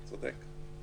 צודק.